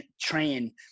train